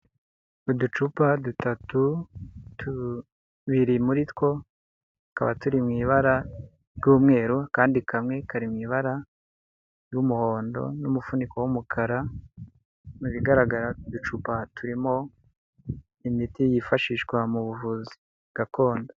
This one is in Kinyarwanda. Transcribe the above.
Uducupa dutatu, tubiri muri two tukaba turi mu ibara ry'umweru, akandi kamwe kari mu ibara ry'umuhondo n'umufuniko w'umukara, mu bigaragara utu ducupa turimo imiti yifashishwa mu buvuzi gakondo.